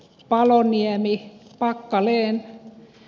paloniemi paikalleen